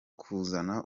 kuzana